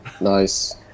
nice